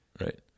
Right